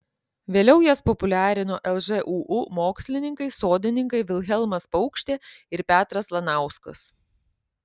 vėliau jas populiarino lžūu mokslininkai sodininkai vilhelmas paukštė ir petras lanauskas